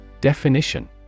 Definition